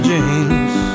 James